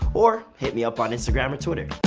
or hit me up on instagram or twitter.